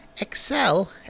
excel